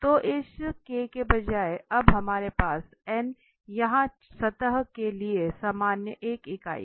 तो इस के बजाय अब हमारे पास यहां सतह के लिए सामान्य एक इकाई है